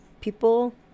people